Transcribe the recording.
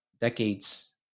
decades